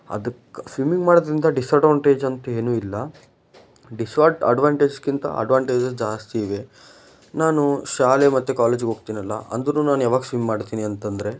ಅದಕ್ಕೆ ಸ್ವಿಮ್ಮಿಂಗ್ ಮಾಡೋದರಿಂದ ಡಿಸ್ಅಡ್ವಾಂಟೇಜ್ ಅಂತೇನೂ ಇಲ್ಲ ಡಿಸ್ ಅಡ್ವಾಂಟೇಸ್ಗಿಂತ ಅಡ್ವಾಂಟೇಜ್ ಜಾಸ್ತಿ ಇವೆ ನಾನು ಶಾಲೆ ಮತ್ತು ಕಾಲೇಜಿಗೆ ಹೋಗ್ತೀನಲ್ಲ ಅಂದ್ರೂ ನಾನು ಯಾವಾಗ ಸ್ವಿಮ್ ಮಾಡ್ತೀನಿ ಅಂತ ಅಂದ್ರೆ